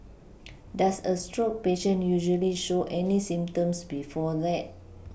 does a stroke patient usually show any symptoms before that